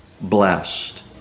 Blessed